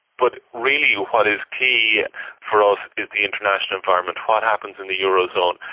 but really what is key for us is the international environment what happens in the eurozone.